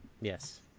Yes